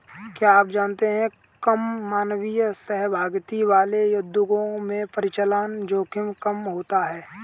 क्या आप जानते है कम मानवीय सहभागिता वाले उद्योगों में परिचालन जोखिम कम होता है?